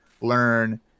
learn